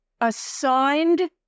assigned